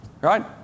right